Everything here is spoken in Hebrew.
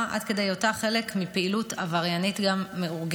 עד כדי היותה חלק מפעילות עבריינית מאורגנת.